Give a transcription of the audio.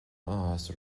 áthas